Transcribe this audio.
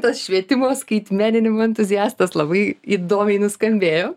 tas švietimo skaitmeninimo entuziastas labai įdomiai nuskambėjo